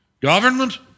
government